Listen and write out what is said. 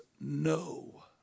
no